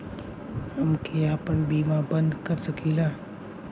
हमके आपन बीमा बन्द कर सकीला?